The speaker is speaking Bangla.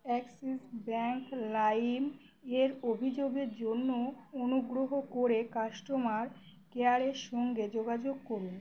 অ্যাক্সিস ব্যাঙ্ক লাইম এর অভিযোগের জন্য অনুগ্রহ করে কাস্টোমার কেয়ারের সঙ্গে যোগাযোগ করুন